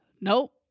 nope